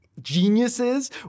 geniuses